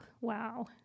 wow